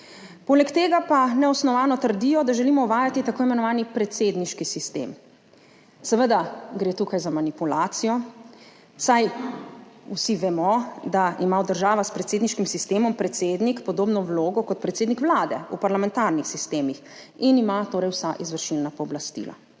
poleg tega pa neosnovano trdijo, da želimo uvajati tako imenovani predsedniški sistem. Seveda gre tukaj za manipulacijo, saj vsi vemo, da ima v državah s predsedniškim sistemom predsednik podobno vlogo kot predsednik vlade v parlamentarnih sistemih in ima torej vsa izvršilna pooblastila,